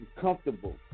comfortable